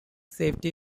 safety